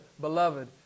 Beloved